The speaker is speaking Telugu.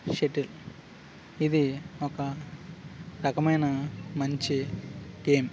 షటిల్ ఇది ఒక రకమైన మంచి గేమ్